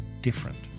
different